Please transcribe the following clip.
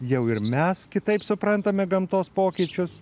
jau ir mes kitaip suprantame gamtos pokyčius